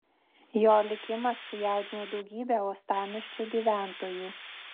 jo likimas sujaudino daugybę uostamiesčio gyventojų